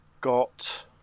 got